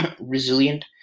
resilient